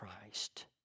Christ